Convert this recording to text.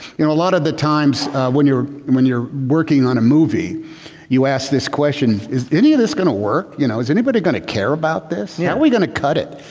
you know, a lot of the times when you're and when you're working on a movie you ask this question is any of this going to work? you know, is anybody going to care about this? how're yeah we going to cut it?